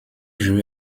jeu